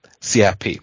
CIP